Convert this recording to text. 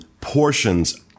portions